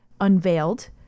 unveiled